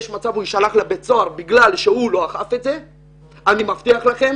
סיכוי שהוא יישלח לכלא מכיוון שהוא לא אכף את זה אני מבטיח לכם